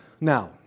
Now